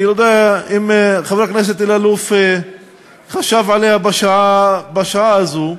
אני לא יודע אם חבר הכנסת אלאלוף חשב עליה בשעה הזו,